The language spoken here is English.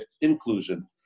inclusion